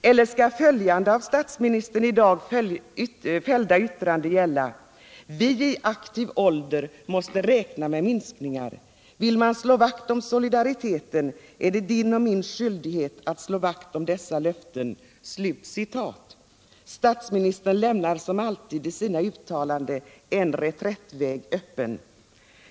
Eller skall följande av statsministern i dag fällda yttrande gälla: ”Vi i aktiv ålder måste räkna med minskningar. Vill man slå vakt om solidariteten är det din och min skyldighet att slå vakt om dessa löften.” Statsministern lämnar som alltid i sina uttalanden en reträttväg öppen.